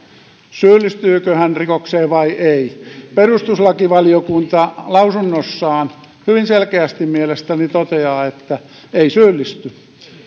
syyllistyykö hän rikokseen vai ei perustuslakivaliokunta lausunnossaan hyvin selkeästi mielestäni toteaa että ei syyllisty